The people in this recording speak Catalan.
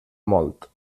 molt